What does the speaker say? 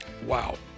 Wow